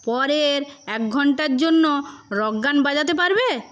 পরের এক ঘন্টার জন্য রক গান বাজাতে পারবে